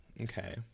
Okay